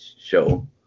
show